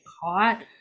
caught